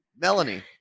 Melanie